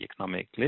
economic